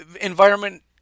environment